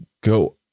go